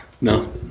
No